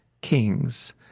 kings